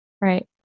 Right